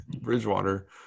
Bridgewater